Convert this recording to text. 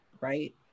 right